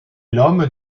l’homme